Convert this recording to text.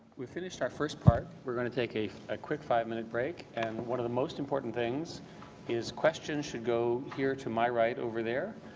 we finished our first part. we're going to take a quick five minute break, and one of the most important things is questions should go here to my right over there.